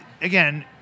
again